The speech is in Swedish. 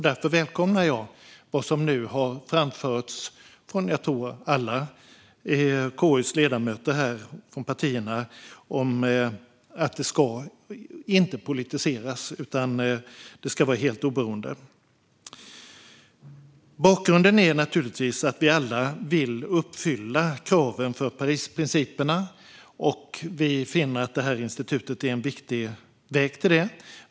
Därför välkomnar jag det som nu har framförts från, tror jag, alla partiers KU-ledamöter, det vill säga att det inte ska politiseras utan vara helt oberoende. Bakgrunden är naturligtvis att vi alla vill uppfylla kraven för Parisprinciperna, och vi finner att detta institut är en viktig väg dit.